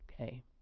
Okay